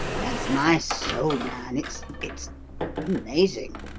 bless my soul man, it's it's amazing,